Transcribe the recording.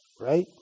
Right